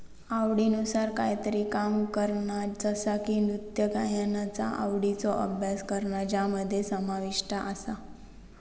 आवडीनुसार कायतरी काम करणा जसा की नृत्य गायनाचा आवडीचो अभ्यास करणा ज्यामध्ये समाविष्ट आसा